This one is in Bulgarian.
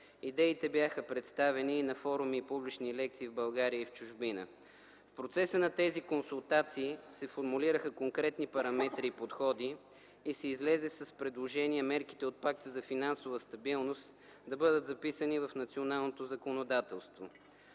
Идеите бяха представени и на форуми и публични лекции в България и в чужбина. В процеса на тези консултации се формулираха конкретни параметри и подходи и се излезе с предложение мерките от Пакта за финансова стабилност да бъдат записани в националното законодателство.